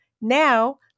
Now